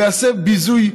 ויחפש "ביזוי"